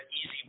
easy